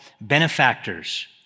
benefactors